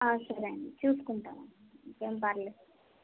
సరే అండి చూసుకుంటాం అండి ఏమి పర్వాలేదు